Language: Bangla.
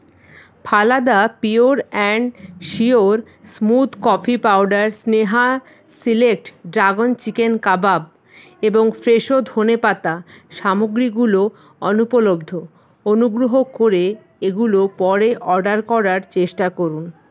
Phalada pure and sure smooth coffee powder Sneha select dragon chicken kebab এবং ফ্রেশো ধনে পাতা সামগ্রীগুলো অনুপলব্ধ অনুগ্রহ করে এগুলো পরে অর্ডার করার চেষ্টা করুন